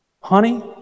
Honey